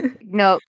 no